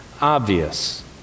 obvious